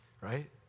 right